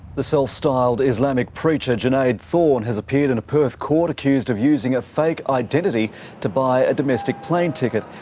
the self-styled islamic preacher junaid thorne has appeared in a perth court accused of using a fake identity to buy a domestic plane ticket,